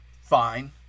fine